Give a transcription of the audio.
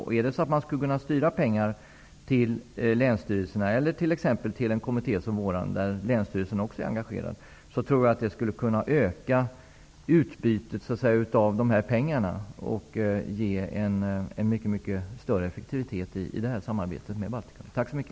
Om det finns en möjlighet att styra pengar till exempelvis länsstyrelserna eller till en kommitté som vår, där också länsstyrelsen är engagerad, tror jag att det skulle kunna innebära att utbytet av dessa pengar ökar. Det skulle då också ge en mycket större effektivitet i samarbetet med Baltikum. Tack så mycket!